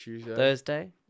Thursday